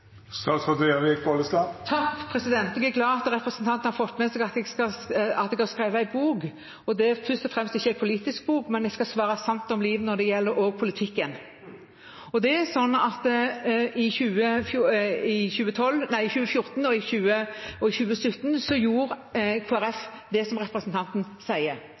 Jeg er glad for at representanten har fått med seg at jeg har skrevet en bok. Det er først og fremst ikke en politisk bok, men jeg skal svare sant om livet også når det gjelder politikken. Det er sånn at i 2014 og i 2017 gjorde Kristelig Folkeparti det som representanten sier. Det er jeg helt enig med ham i. Men det var også en annen forutsetning for det som